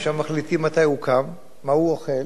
מה הוא אוכל, מתי הוא אוכל.